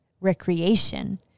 recreation